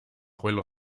quello